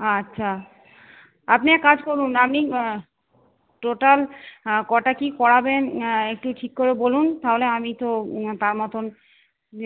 আচ্ছা আপনি এক কাজ করুন আপনি টোটাল কটা কী করাবেন একটু ঠিক করে বলুন তাহলে আমি তো তার মতো